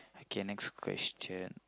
okay next question